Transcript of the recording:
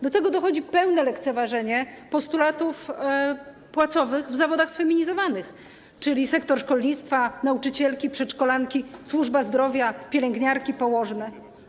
Do tego dochodzi pełne lekceważenie postulatów płacowych w zawodach sfeminizowanych, czyli sektor szkolnictwa, nauczycielki, przedszkolanki, służba zdrowia, pielęgniarki, położne.